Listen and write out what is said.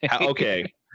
Okay